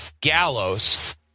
Gallows